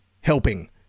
helping